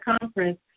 conference